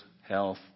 health